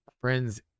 friends